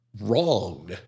wrong